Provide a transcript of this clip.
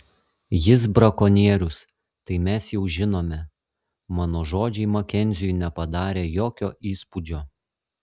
jis brakonierius tai mes jau žinome mano žodžiai makenziui nepadarė jokio įspūdžio